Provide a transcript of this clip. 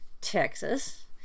Texas